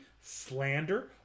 slander